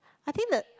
I think that the